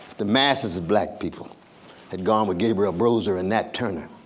the masses of black people had gone with gabriel prosser and matt turner.